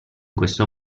questo